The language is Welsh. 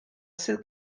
sydd